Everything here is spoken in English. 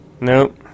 nope